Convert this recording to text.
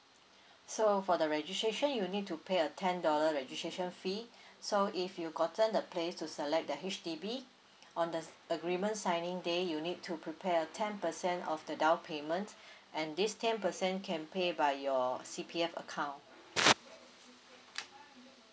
so for the registration you need to pay a ten dollar registration fee so if you gotten the place to select the H_D_B on the s~ agreement signing day you need to prepare a ten percent of the down payment and this ten percent can pay by your C_P_F account